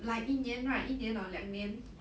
like 一年 right 一年 or 两年 ya